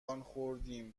ﮔﺮﮔﺎﻥ